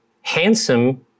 handsome